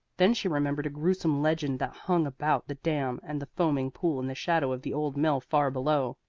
then she remembered a gruesome legend that hung about the dam and the foaming pool in the shadow of the old mill far below,